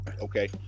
okay